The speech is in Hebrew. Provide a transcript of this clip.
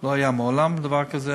לא היה מעולם דבר כזה,